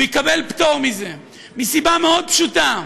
הוא יקבל פטור מזה מסיבה מאוד פשוטה: